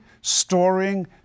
storing